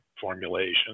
formulation